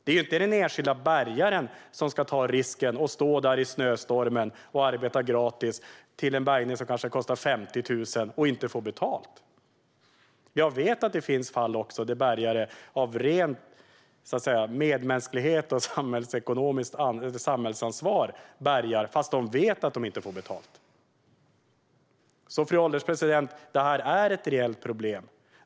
Det är inte den enskilda bärgaren som ska ta risken att stå där i snöstormen, arbeta med en bärgning som kanske kostar 50 000 och sedan inte få betalt. Jag vet även att det finns fall där bärgare av ren medmänsklighet och känsla av samhällsansvar bärgar trots att de vet att de inte får betalt. Detta är alltså ett reellt problem, fru ålderspresident.